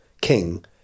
king